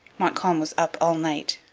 montcalm was up all night,